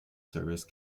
service